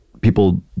people